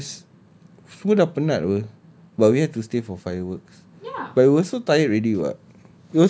U_S_S semua dah penat apa but we have to stay for fireworks but we were so tired already [what]